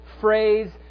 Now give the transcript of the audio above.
phrase